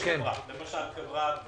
יש חברה, למשל חברת --- נגיד.